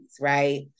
right